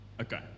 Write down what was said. okay